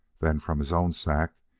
then, from his own sack,